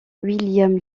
william